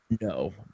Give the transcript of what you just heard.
No